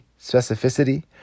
specificity